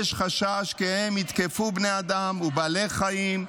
יש חשש כי הם יתקפו בני אדם ובעלי חיים,